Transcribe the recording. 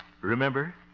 Remember